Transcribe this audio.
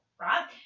Right